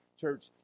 church